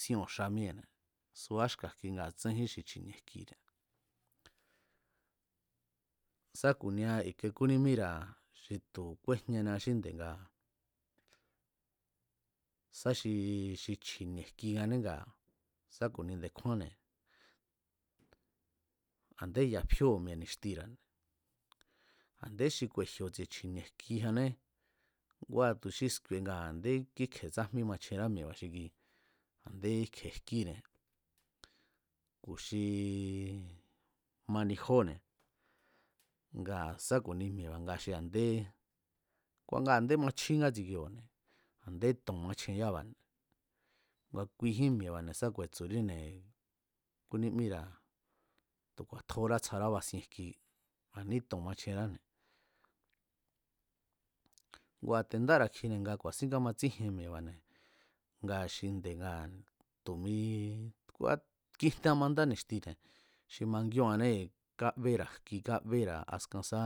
Síóo̱n xa míee̱ne̱ subá xka̱ jki ngaa̱ tsenjín xi chji̱ni̱e̱ jkine̱, sa ku̱nia i̱ke kúnímíra̱ xi tu̱ kúejñania xí nde̱ ngaa̱ sa xi chji̱ni̱e̱ jki ngané ngaa̱ sá ku̱ni nde̱kjúánne̱ a̱ndé ya̱ fíóo̱ mi̱e̱ ni̱xtira̱ne̱ a̱nde xi ku̱e̱ji̱o̱ tsi̱e̱ chji̱nie̱ jkijanné ngua tu̱ xi sku̱i̱e̱ nga a̱ndé kíkje̱e tsájmí machjenrá mi̱e̱ba̱ xi kuine̱ a̱nde íkje̱ jkíne̱ ku̱ xi mani jóne̱ ngaa̱ sá ku̱ni mi̱e̱ba̱ nga a̱ndé ku nga a̱ndé machjí ngátsi kioo̱ne̱ a̱ndé to̱n machjen yába̱ne̱ ngu kijín mi̱e̱ba̱ne̱ sa ku̱e̱tsu̱ríne̱, kúní míra̱ tu̱ kju̱a̱tjórá tsjará basien jki, a̱ ní to̱n machjenráne̱ ngua̱ te̱ ndára̱ kjine̱ nga ku̱a̱sín kámatsíjien mi̱e̱ba̱ne̱ ngaa̱ xinde̱ tu̱ mi ngua̱ kijna mandá ni̱xtine̱ xi mangíóo̱année̱ kábéra̱ jki kábéra̱ askan sá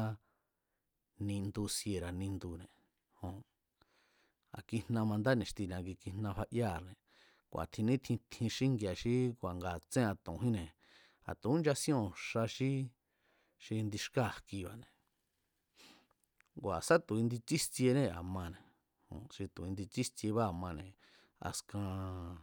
nindu siera̱ nindune̱ jon, a̱ kijna manda ni̱xti ni̱a ki kijna fayára̱ne̱ kua̱ tjin nítjin tjin xíngi̱a̱a xí kua̱ ngaa̱ a̱ tséra̱ to̱njínne̱ a̱ tu̱ú nchasíón xa xí xi indi xkáa̱ jkiba̱ne̱ ngua̱ sá tu̱ indi tsíjtsjienée̱ mane̱ jon xi tu̱ indi tsíjtsiebáa̱ mane̱ askan